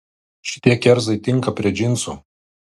šitie kerzai tinka prie džinsų